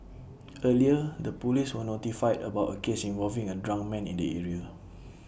earlier the Police were notified about A case involving A drunk man in the area